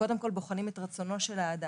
שקודם כל בוחנים את רצונו של האדם,